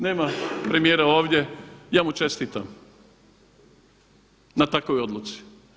Nema premijera ovdje, ja mu čestitam na takvoj odluci.